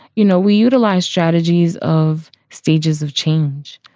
you know, we utilize strategies of stages of change.